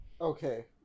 Okay